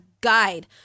Guide